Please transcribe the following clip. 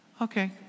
Okay